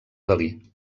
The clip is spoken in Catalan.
dalí